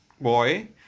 boy